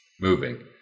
moving